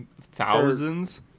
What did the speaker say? thousands